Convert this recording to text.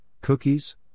cookies